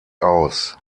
aus